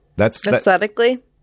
Aesthetically